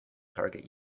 target